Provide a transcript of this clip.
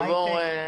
כן.